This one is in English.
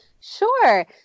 Sure